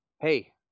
hey